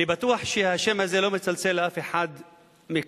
אני בטוח שהשם הזה לא מצלצל לאף אחד מכם,